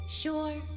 sure